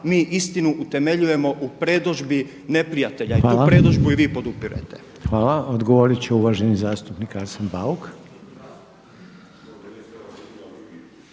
mi istinu utemeljujemo u predodžbi neprijatelja i tu predodžbu i vi podupirete. **Reiner, Željko (HDZ)** Hvala. Odgovorit će uvaženi zastupnik Arsen Bauk.